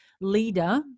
leader